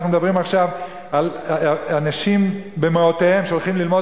אנחנו מדברים עכשיו על אנשים במאותיהם שהולכים ללמוד